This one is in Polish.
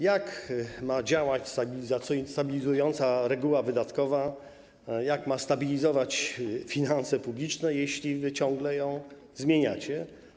Jak ma działać stabilizująca reguła wydatkowa, jak ma stabilizować finanse publiczne, jeśli wy ciągle ją zmieniacie?